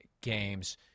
games